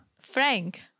Frank